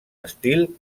estil